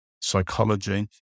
psychology